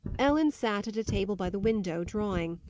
ellen sat at a table by the window, drawing.